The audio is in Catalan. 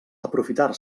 aprofitar